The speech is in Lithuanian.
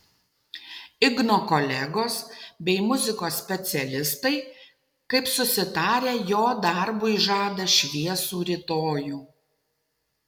igno kolegos bei muzikos specialistai kaip susitarę jo darbui žada šviesų rytojų